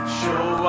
show